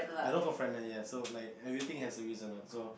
I work for fright night yes so like everything has a reason one so